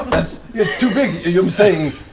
it's too big, you're saying